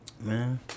man